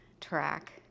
track